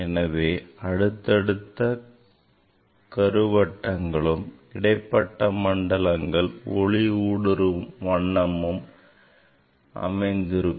எனவே அடுத்தடுத்த கரு வட்டங்களும் இடைப்பட்ட மண்டலங்கள ஒளி ஊடுருவும் வண்ணமும் அமைந்திருக்கும்